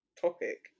topic